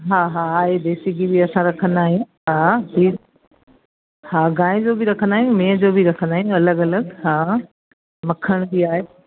हा हा आहे देसी गिह बि असां रखंदा आहियूं हा हा खीर हा गांहि जो बि रखंदा आहियूं मेंहिं जो बि रखंदा आहियूं अलॻि अलॻि हा मखण बि आहे